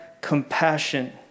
compassion